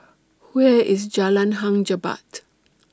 Where IS Jalan Hang Jebat